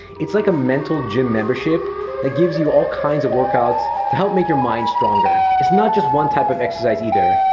it's like a mental gym membership that gives you all kinds of workouts to help make your mind stronger. it's not just one type of exercise either.